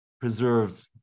preserve